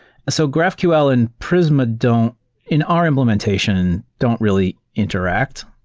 so graphql and prisma don't in our implementation don't really interact.